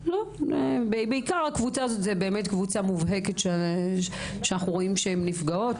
בעיקר הקבוצה הזאת זו קבוצה מובהקת שאנחנו רואים שהן נפגעות.